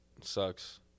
sucks